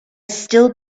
still